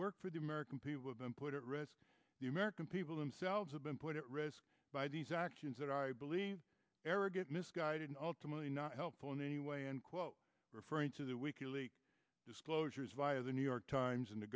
work for the american people have been put at risk the american people themselves have been put at risk by these actions that i believe arrogant misguided and ultimately not helpful in any way and quote referring to the weekly disclosures via the new york times and the